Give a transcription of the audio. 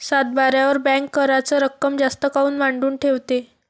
सातबाऱ्यावर बँक कराच रक्कम जास्त काऊन मांडून ठेवते?